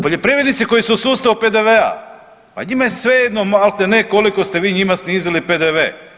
Poljoprivrednici koji su u sustavu PDV-a pa njima je svejedno maltene koliko ste vi njima snizili PDV.